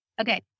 Okay